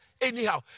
anyhow